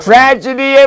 Tragedy